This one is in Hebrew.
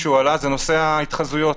אחד, נושא ההתחזויות.